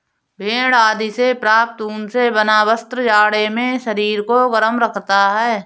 भेड़ आदि से प्राप्त ऊन से बना वस्त्र जाड़े में शरीर को गर्म रखता है